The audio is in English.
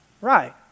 Right